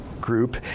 group